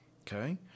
okay